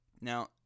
Now